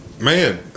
Man